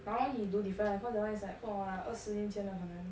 now he do different ah because that one is like 不懂 lah 二十年前的可能